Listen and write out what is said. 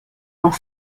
dans